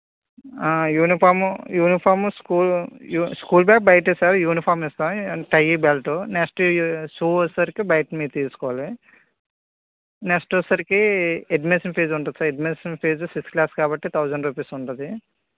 uniform uniform school school bag బయటే sir uniform ఇస్తాం sir tie belt next ఈ shoe వచ్చేసరికి బయట మీరు తీసుకోవాలి నెక్స్ట్ వచ్చేసరికి అడ్మిషన్ ఫీజు ఉంటుంది sir admission fees six lakhs కాబట్టి థౌసండ్ రూపీస్ ఉంటుంది